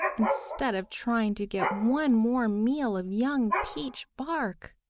instead of trying to get one more meal of young peach bark!